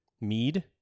Mead